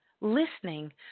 listening